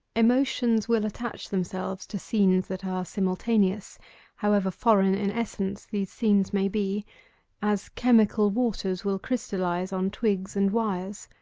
emotions will attach themselves to scenes that are simultaneous however foreign in essence these scenes may be as chemical waters will crystallize on twigs and wires.